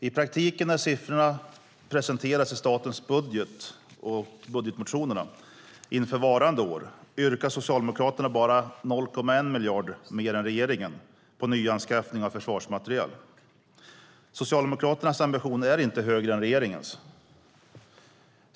I praktiken när siffrorna presenteras i statens budget och i budgetmotionerna inför innevarande år yrkar Socialdemokraterna bara 0,1 miljard mer än regeringen på nyanskaffning av försvarsmateriel. Socialdemokraternas ambition är inte högre än regeringens.